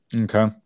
Okay